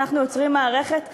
אנחנו יוצרים מערכת נפרדת,